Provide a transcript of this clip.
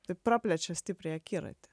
tai praplečia stipriai akiratį